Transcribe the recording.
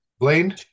Blaine